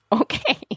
okay